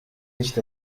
nicht